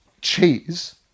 cheese